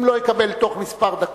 אם לא אקבל בתוך דקות